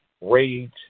rage